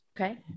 Okay